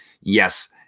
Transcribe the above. Yes